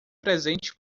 presente